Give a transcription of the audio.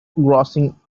grossing